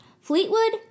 Fleetwood